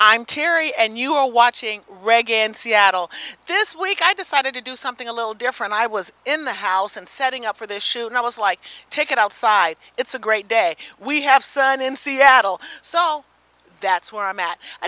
i'm terry and you are watching reg in seattle this week i decided to do something a little different i was in the house and setting up for the show and i was like take it outside it's a great day we have sun in seattle so that's where i'm at i